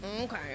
Okay